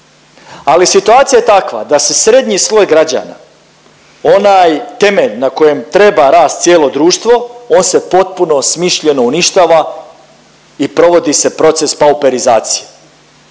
ali situacija je takva da se srednji sloj građana onaj temelj na kojem treba rasti cijelo društvo on se potpuno smišljeno uništava i provodi se proces pauperizacije.